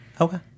Okay